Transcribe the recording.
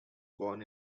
born